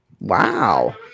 Wow